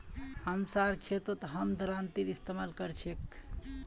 हमसार खेतत हम दरांतीर इस्तेमाल कर छेक